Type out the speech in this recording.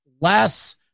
less